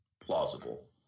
plausible